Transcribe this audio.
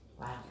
Wow